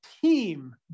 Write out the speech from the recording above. team